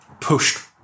pushed